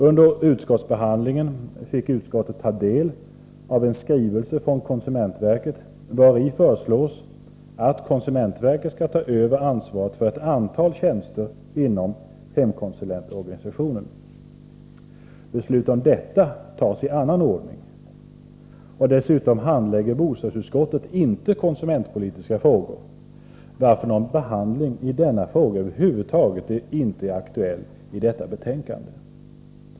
Under utskottsbehandlingen fick utskottet ta del av en skrivelse från konsumentverket vari föreslås att konsumentverket skall ta över ansvaret för ett antal tjänster inom hemkonsulentorganisationen. Beslut om detta fattas i annan ordning. Dessutom handlägger bostadsutskottet inte konsumentpolitiska frågor, varför någon behandling i denna fråga över huvud taget inte är aktuelli detta betänkande.